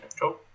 Cool